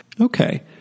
Okay